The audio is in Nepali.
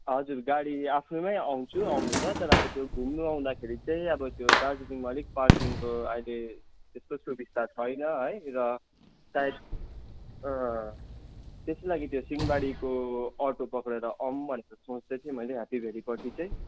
हजुर गाडी आफ्नोमै आउँछु आउनु त तर अब त्यो घुम्नु आउँदाखेरि चाहिँ अब त्यो दार्जिलिङमा अलिक पार्किङको अहिले त्यस्तो सुबिस्ता छैन है र सायद त्यसकै लागि त्यो सिंहमारीको अटो पक्रिएर आउँ भनेर सोच्दै थिएँ मैले ह्याप्पी भ्याल्लीपट्टि चाहिँ